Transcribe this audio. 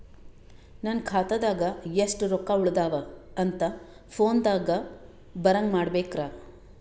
ನನ್ನ ಖಾತಾದಾಗ ಎಷ್ಟ ರೊಕ್ಕ ಉಳದಾವ ಅಂತ ಫೋನ ದಾಗ ಬರಂಗ ಮಾಡ ಬೇಕ್ರಾ?